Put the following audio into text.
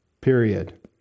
period